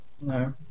No